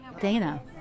Dana